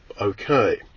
okay